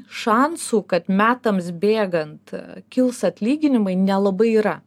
šansų kad metams bėgant kils atlyginimai nelabai yra